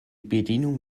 bedienung